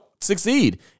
succeed